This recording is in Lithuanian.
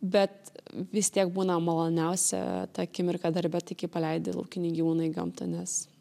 bet vis tiek būna maloniausia ta akimirka darbe tai kai paleidi laukinį gyvūną į gamtą nes